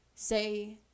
say